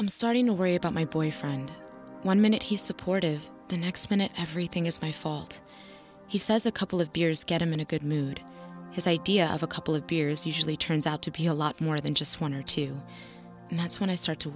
i'm starting to worry about my boyfriend one minute he's supportive the next minute everything is my fault he says a couple of beers get him in a good mood his idea of a couple of beers usually turns out to be a lot more than just one or two and that's when i start to